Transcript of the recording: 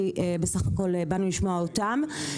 כי בסך הכל באנו לשמוע אותם,